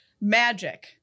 Magic